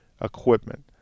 equipment